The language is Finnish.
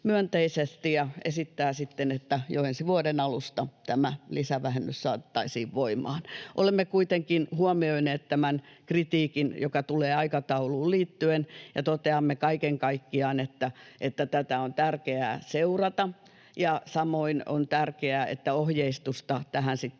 ja esittää sitten, että jo ensi vuoden alusta tämä lisävähennys saatettaisiin voimaan. Olemme kuitenkin huomioineet tämän kritiikin, joka tulee aikatauluun liittyen, ja toteamme kaiken kaikkiaan, että tätä on tärkeää seurata ja samoin on tärkeää, että ohjeistusta tähän sitten